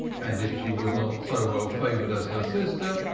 and if she was not so well-favored as her sister,